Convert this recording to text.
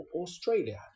Australia